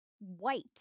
white